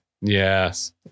Yes